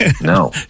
No